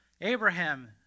Abraham